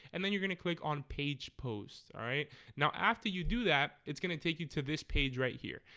and then you're gonna click on page post alright now after you do that. it's gonna take you to this page right here,